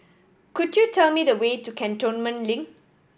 could you tell me the way to Cantonment Link